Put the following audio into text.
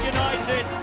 United